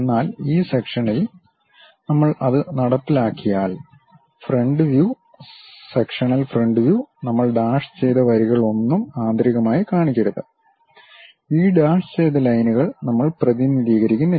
എന്നാൽ ഈ സെക്ഷനിൽ നമ്മൾ അത് നടപ്പിലാക്കിയാൽ front view sectional front view നമ്മൾ ഡാഷ് ചെയ്ത വരികളൊന്നും ആന്തരികമായി കാണിക്കരുത് ഈ ഡാഷ് ചെയ്ത ലൈനുകൾ നമ്മൾ പ്രതിനിധീകരിക്കുന്നില്ല